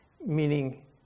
meaning